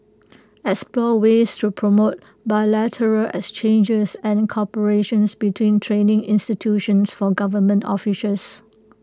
explore ways to promote bilateral exchanges and cooperations between training institutions for government officials